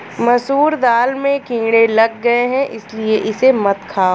मसूर दाल में कीड़े लग गए है इसलिए इसे मत खाओ